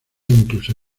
incluso